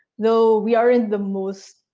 though we aren't the most